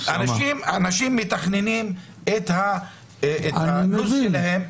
אנשים מתכננים את הלו"ז שלהם,